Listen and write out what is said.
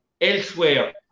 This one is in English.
elsewhere